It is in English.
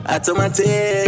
Automatic